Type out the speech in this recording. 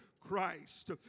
Christ